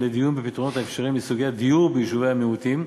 לדיון בפתרונות אפשריים בסוגיות הדיור ביישובי המיעוטים.